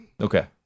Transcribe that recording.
Okay